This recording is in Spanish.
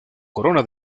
corona